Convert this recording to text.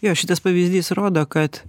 jo šitas pavyzdys rodo kad